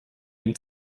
dem